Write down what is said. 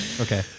Okay